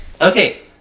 Okay